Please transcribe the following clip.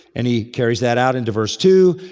and he carries that out into verse two,